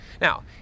Now